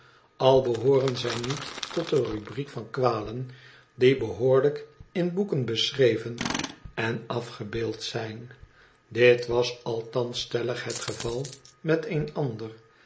al behooren zij niet tot de rubriek van kwalen die behoorlijk in boeken beschreven en afge i beeld zijn dit was althans stellig het geval met eenander